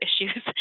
issues